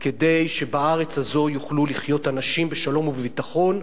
כדי שבארץ הזו יוכלו לחיות אנשים בשלום ובביטחון,